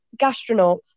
Gastronauts